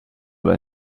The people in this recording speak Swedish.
den